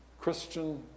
Christian